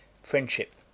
Friendship